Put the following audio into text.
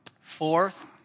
Fourth